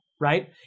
right